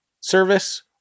service